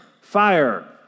fire